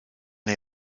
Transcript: les